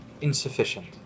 ...insufficient